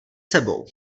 sebou